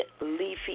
leafy